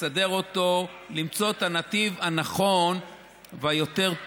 לסדר אותו, למצוא את הנתיב הנכון והיותר-טוב.